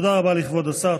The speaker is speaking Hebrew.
תודה רבה לכבוד השר.